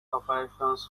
operations